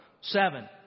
Seven